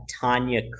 Tanya